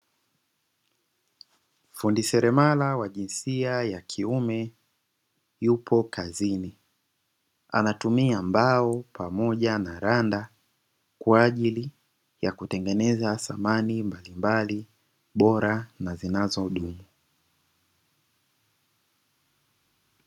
Fundi seremala wa jinsia ya kiume yupo kazini. Anatumia mbao pamoja na randa kwa ajili ya kutengeneza samani mbalimbali bora na zinazodumu.